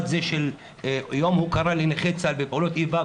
זה של יום הוקרה לנכי צה"ל ופעולות איבה,